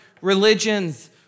religions